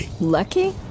lucky